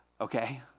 Okay